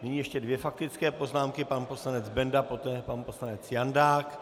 Nyní ještě dvě faktické poznámky pan poslanec Benda, poté pan poslanec Jandák.